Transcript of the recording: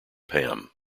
pam